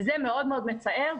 וזה מאוד מאוד מצער,